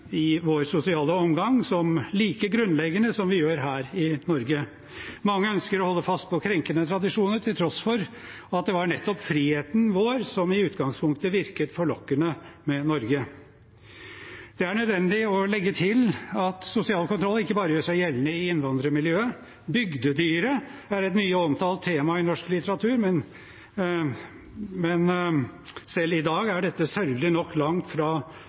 i vår sosiale omgang som like grunnleggende som vi gjør her i Norge. Mange ønsker å holde fast på krenkende tradisjoner til tross for at det var nettopp friheten vår som i utgangspunktet virket forlokkende ved Norge. Det er nødvendig å legge til at sosial kontroll ikke bare gjør seg gjeldende i innvandrermiljøer. «Bygdedyret» er et mye omtalt tema i norsk litteratur, men selv i dag er dette sørgelig nok noe langt